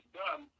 done